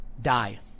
die